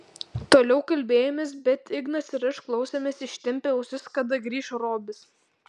toliau kalbėjomės bet ignas ir aš klausėmės ištempę ausis kada grįš robis